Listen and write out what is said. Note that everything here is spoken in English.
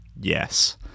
yes